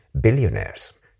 billionaires